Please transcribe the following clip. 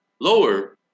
lower